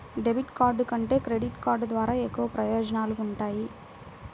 debit card కంటే credit card ద్వారా ఎక్కువ ప్రయోజనాలు వుంటయ్యి